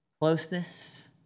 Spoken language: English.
Closeness